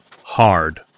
Hard